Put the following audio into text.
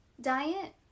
diet